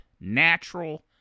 natural